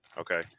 Okay